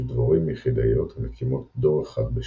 דבורים יחידאיות המקימות דור אחד בשנה.